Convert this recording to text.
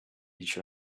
each